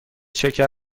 شکر